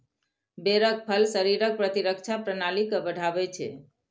बेरक फल शरीरक प्रतिरक्षा प्रणाली के बढ़ाबै छै